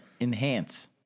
Enhance